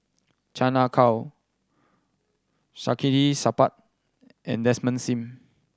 Chan Ah Kow Saktiandi Supaat and Desmond Sim